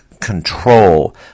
control